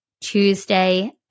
Tuesday